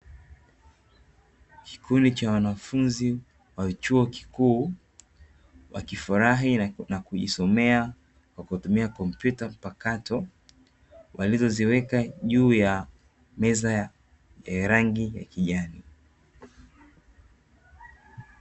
Kikundi cha wanafunzi wa chuo kikuu wakifurahi na kujisomea kwa kutumia kompyuta mpakato, walizoziweka juu ya meza yenye rangi ya kijani.